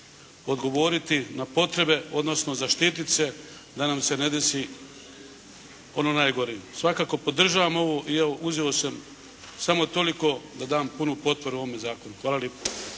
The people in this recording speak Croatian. odgovoriti na potrebe odnosno zaštitit se da nam se ne desi ono najgore. Svakako podržavam ovo i evo uzeo sam samo toliko da dam punu potporu ovome zakonu. Hvala lijepo.